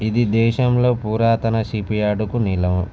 ఇది దేశంలో పురాతన షిప్యార్డుకు నిలయం